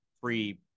free